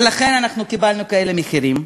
ולכן אנחנו קיבלנו כאלה מחירים,